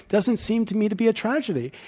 doesn't seem to me to be a tragedy.